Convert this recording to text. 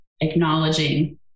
acknowledging